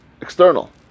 external